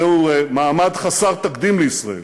זהו מעמד חסר תקדים לישראל